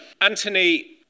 Anthony